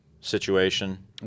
situation